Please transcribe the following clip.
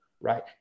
right